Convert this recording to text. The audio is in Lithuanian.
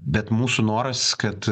bet mūsų noras kad